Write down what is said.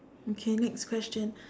okay next question